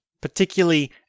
particularly